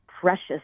precious